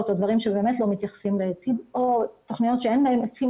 או דברים שבאמת לא מתייחסים לעצים או תוכניות שבכלל אין להן עצים